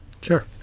Sure